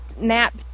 nap